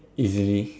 easily